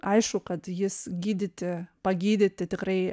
aišku kad jis gydyti pagydyti tikrai